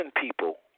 people